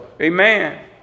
Amen